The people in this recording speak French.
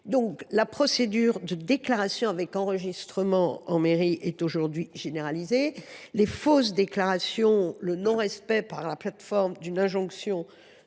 La procédure de déclaration et d’enregistrement en mairie est aujourd’hui généralisée. Les fausses déclarations et le non respect par la plateforme d’une injonction